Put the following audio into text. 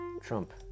Trump